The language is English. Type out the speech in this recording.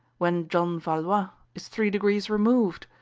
when john valois is three degrees removed.